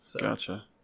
Gotcha